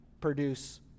produce